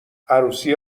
عروسی